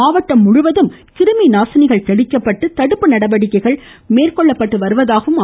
மாவட்டம் முழுவதும் கிருமி நாசினிகள்தெளிக்கப்பட்டு தடுப்பு நடவடிக்கைகள் மேற்கொள்ளப்பட்டு வருவதாக தெரிவித்தார்